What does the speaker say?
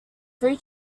three